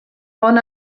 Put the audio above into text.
bon